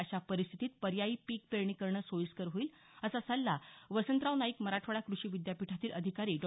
अशा परिस्थितीत पर्यायी पीक पेरणी करणं सोईस्कर होईल असा सल्ला वसंतराव नाईक मराठवाडा क्रषी विद्यापीठातील अधिकारी डॉ